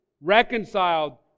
reconciled